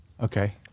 Okay